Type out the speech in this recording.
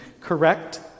Correct